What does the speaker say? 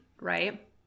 right